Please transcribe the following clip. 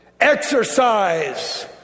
exercise